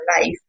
life